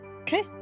Okay